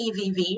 EVV